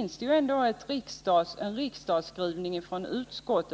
Utskottet har också i sin skrivning betonat